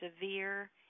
severe